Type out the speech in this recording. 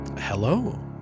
Hello